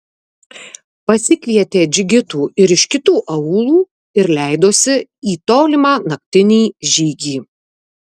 pasikvietė džigitų ir iš kitų aūlų ir leidosi į tolimą naktinį žygį